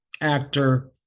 actor